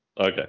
Okay